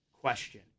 Question